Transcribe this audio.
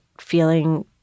feeling